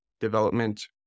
development